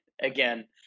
again